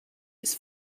its